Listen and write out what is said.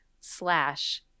slash